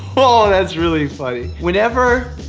oh, that's really funny. whenever.